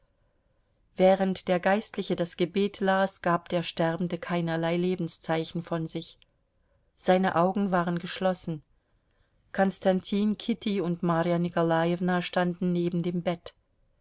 während der geistliche das gebet las gab der sterbende keinerlei lebenszeichen von sich seine augen waren geschlossen konstantin kitty und marja nikolajewna standen neben dem bett